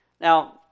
Now